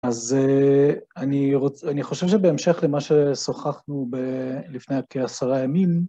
אז אני רוצה, אני חושב שבהמשך למה ששוחחנו לפני כעשרה ימים,